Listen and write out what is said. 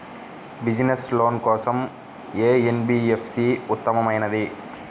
Business loan కోసం ఏ NBFC ఉత్తమమైనది?